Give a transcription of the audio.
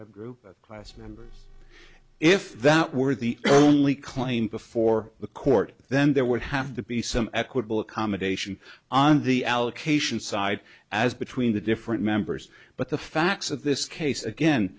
group of class members if that were the only claim before the court then there would have to be some equitable accommodation on the allocation side as between the different members but the facts of this case again